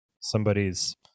somebody's